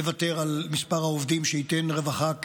לוותר על מספר העובדים שייתן רווחה ראויה,